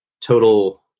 total